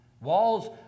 walls